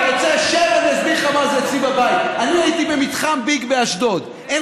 אתה רוצה, שב, אני אסביר לך מה זה "אצלי בבית".